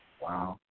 Wow